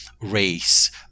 race